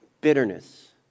Bitterness